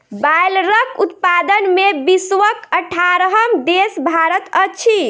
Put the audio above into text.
बायलरक उत्पादन मे विश्वक अठारहम देश भारत अछि